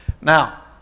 Now